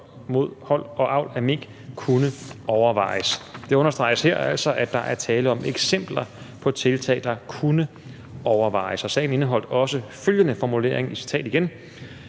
Det understreges altså her, at der er tale om eksempler på tiltag, der kunne overvejes. Og sagen indeholdt også følgende formulering, og jeg